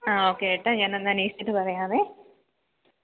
ങാ ഓക്കേ കേട്ടോ ഞാനൊന്ന് അന്വേഷിച്ചിട്ട് പറയാം